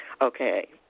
Okay